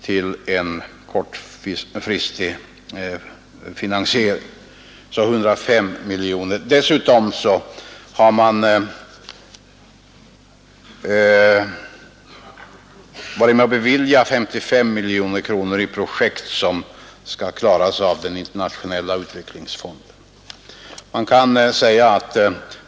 Dessutom har regeringen beviljat ett anslag på 55 miljoner kronor för en kortfristig finansiering av projekt som skall klaras av Internationella utvecklingsfonden.